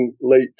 late